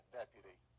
deputy